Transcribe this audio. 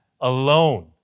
alone